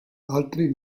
altri